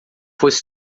fosse